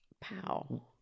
pow